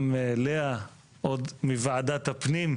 את לאה אנחנו מכירים עוד מוועדת הפנים.